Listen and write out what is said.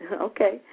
Okay